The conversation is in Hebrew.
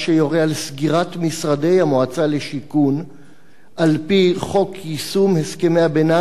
על סגירת משרדי המועצה לשיכון על-פי חוק יישום הסכמי הביניים,